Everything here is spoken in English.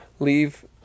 leave